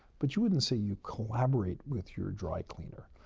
but you wouldn't say you collaborate with your dry cleaner.